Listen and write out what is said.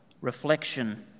reflection